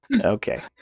Okay